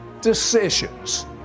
decisions